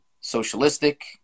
socialistic